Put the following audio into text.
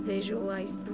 Visualize